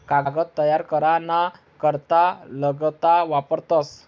कागद तयार करा ना करता लगदा वापरतस